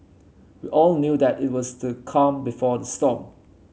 we all knew that it was the calm before the storm